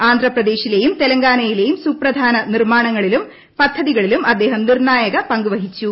ആന്ധ്രാപ്രദേശിലെയും തെലങ്കാനയിലെയും സുപ്രധാന നിർമാണങ്ങളിലും പദ്ധതികളിലും അദ്ദേഹം നിർണായക പങ്ക് വഹിച്ചു